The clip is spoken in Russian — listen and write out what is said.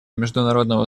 международного